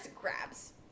grabs